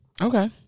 Okay